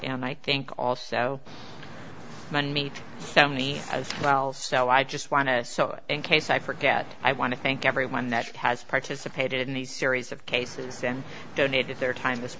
and i think also meet so many as well so i just want to in case i forget i want to thank everyone that has participated in these series of cases and donated their time